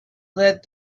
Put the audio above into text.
led